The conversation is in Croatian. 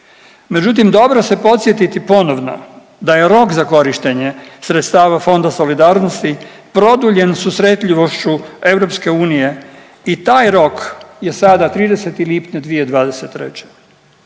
međutim dobro se podsjetiti ponovno da je rok za korištenje sredstava Fonda solidarnosti produljen susretljivošću EU i taj rok je sada 30. lipnja 2023.,